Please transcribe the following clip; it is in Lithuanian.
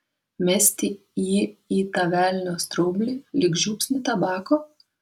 mesti jį į tą velnio straublį lyg žiupsnį tabako